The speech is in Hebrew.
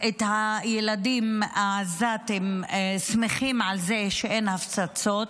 את הילדים העזתים שמחים על זה שאין הפצצות.